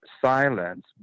silence